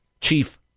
chief